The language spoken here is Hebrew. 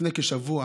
לפני כשבוע